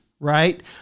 right